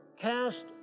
cast